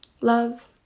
Love